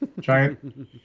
Giant